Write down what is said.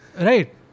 Right